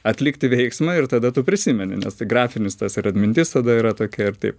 atlikti veiksmą ir tada tu prisimeni nes tai grafinis tas ir atmintis tada yra tokia ir taip